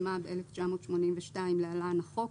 התשמ"ב-1982 (להלן החוק),